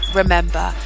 remember